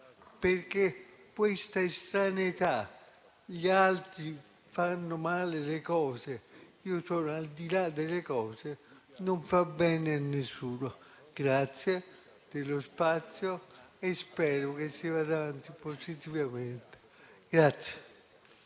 porta a pensare: gli altri fanno male le cose, mentre io sono al di là delle cose - non fa bene a nessuno. Grazie dello spazio e spero che si vada avanti positivamente.